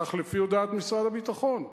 כך לפי הודעת משרד הביטחון,